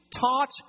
taught